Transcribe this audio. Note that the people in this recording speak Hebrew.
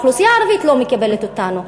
האוכלוסייה הערבית לא מקבלת אותנו.